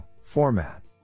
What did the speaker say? format